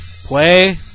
Play